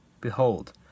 Behold